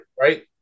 right